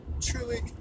truly